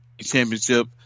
championship